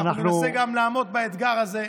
ואנחנו ננסה גם לעמוד באתגר הזה.